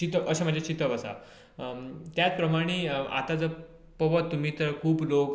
अशें म्हजे चितप आसा त्याच प्रमाणे आताजर पळोवप तुमी तर खूब लोक